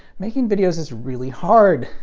making videos is really hard.